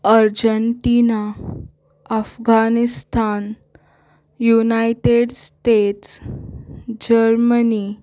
Argentina Afghanistan United States Germany